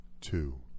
two